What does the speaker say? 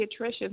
pediatrician's